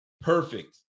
Perfect